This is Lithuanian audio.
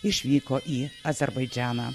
išvyko į azerbaidžaną